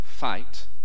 fight